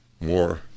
More